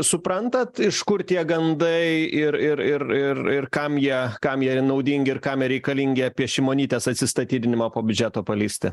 suprantat iš kur tie gandai ir ir ir ir ir kam jie kam jie naudingi ir kam reikalingi apie šimonytės atsistatydinimą po biudžeto paleisti